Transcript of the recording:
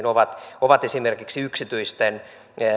ovat vuokrakäytössä on esimerkiksi yksityisten